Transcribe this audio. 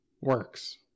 works